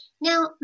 Now